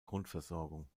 grundversorgung